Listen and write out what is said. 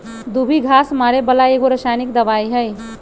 दुभी घास मारे बला एगो रसायनिक दवाइ हइ